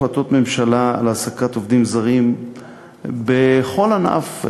החלטות ממשלה על העסקת עובדים זרים בכל ענף,